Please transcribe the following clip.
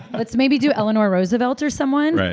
let's maybe do eleanor roosevelt or someone. but